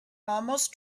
almost